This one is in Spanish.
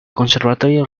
conservatorio